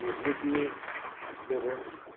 मोब्लिबनि बे